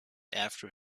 after